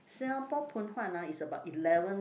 Singapore Phoon Huat ah is about eleven